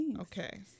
Okay